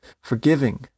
forgiving